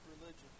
religion